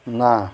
ନା